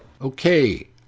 Okay